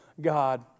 God